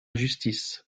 justice